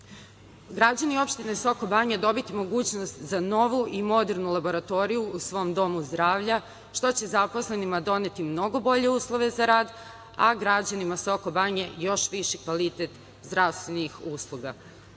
građani opštine Sokobanja dobiti mogućnost za novu i modernu laboratoriju u svom domu zdravlja što će zaposlenima doneti mnogo bolje uslove za rad, a građanima Sokobanje još viši kvalitet zdravstvenih usluga.